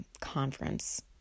conference